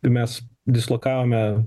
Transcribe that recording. mes dislokavome